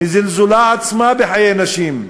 מזלזולה היא עצמה בחיי נשים.